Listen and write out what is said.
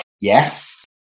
yes